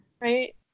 right